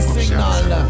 Signal